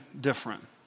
different